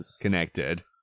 connected